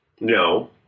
No